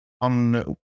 on